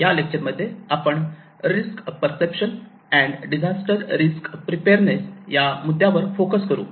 या लेक्चरमध्ये आपण risk perception and disaster risk preparedness या मुद्द्यावर फोकस करू